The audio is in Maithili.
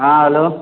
हाँ हेल्लो